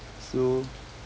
so